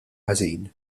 ħażin